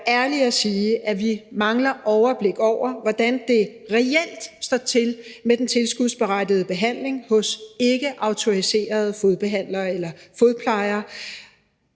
ærlige at sige, at vi mangler et overblik over, hvordan det reelt står til med den tilskudsberettigede behandling hos ikkeautoriserede fodbehandlere eller fodplejere.